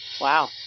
Wow